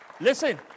Listen